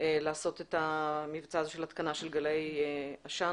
לעשות את המבצע הזה של התקנת גלאי עשן.